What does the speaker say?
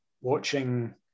watching